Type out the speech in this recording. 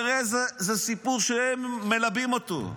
הרי זה סיפור שהם מלבים אותו.